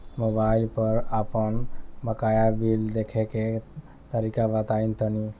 Mobile पर आपन बाकाया बिल देखे के तरीका बताईं तनि?